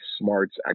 Smart's